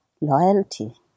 loyalty